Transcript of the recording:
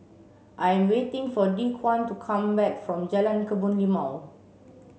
I'm waiting for Dequan to come back from Jalan Kebun Limau